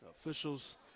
Officials